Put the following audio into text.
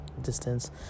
distance